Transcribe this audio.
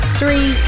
three